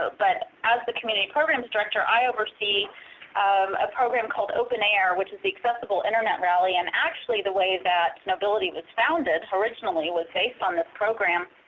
ah but as the community programs director, i oversee a program called openair which is the accessible internet rally. and actually, the way that knowbility was founded, originally, was based on this program.